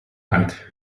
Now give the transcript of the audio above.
hand